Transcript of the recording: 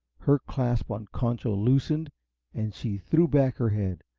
her clasp on concho loosened and she threw back her head,